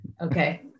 Okay